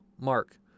mark